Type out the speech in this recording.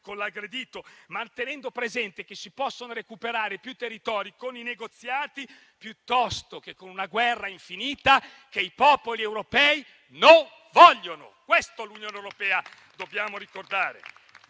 con l'aggredito, ma mantenendo presente che si possono recuperare più territori con i negoziati che con una guerra infinita che i popoli europei non vogliono. Questo all'Unione europea dobbiamo ricordare,